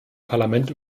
parlament